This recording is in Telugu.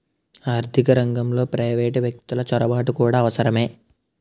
ఆర్థిక రంగంలో ప్రైవేటు వ్యక్తులు చొరబాటు కూడా అవసరమే